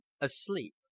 asleep